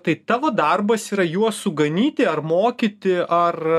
tai tavo darbas yra juos suganyti ar mokyti ar